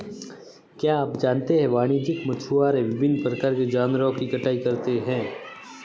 क्या आप जानते है वाणिज्यिक मछुआरे विभिन्न प्रकार के जानवरों की कटाई करते हैं?